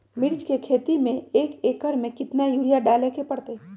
मिर्च के खेती में एक एकर में कितना यूरिया डाले के परतई?